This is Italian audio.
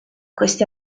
questi